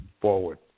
forward